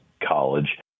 College